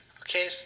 Okay